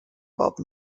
bob